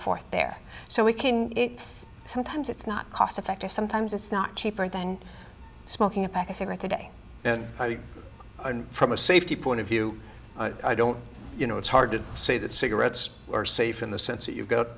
forth there so we can it's sometimes it's not cost effective sometimes it's not cheaper than smoking a pack of cigarettes a day and from a safety point of view i don't you know it's hard to say that cigarettes are safe in the sense that you